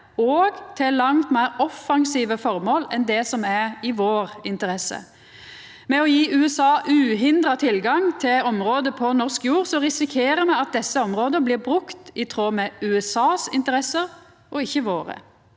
og til langt meir offensive føremål enn det som er i vår interesse. Ved å gje USA uhindra tilgang til område på norsk jord risikerer me at desse områda blir brukte i tråd med USAs interesser og ikkje våre.